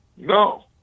No